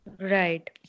Right